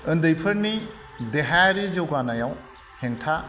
उन्दैफोरनि देहायारि जौगानायाव हेंथा